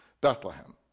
Bethlehem